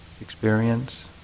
experience